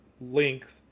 length